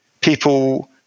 people